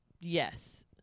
yes